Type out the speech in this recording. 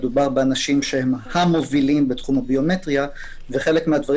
מדובר באנשים שהם ה-מובילים בתחום הביומטריה וחלק מהדברים